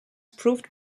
proved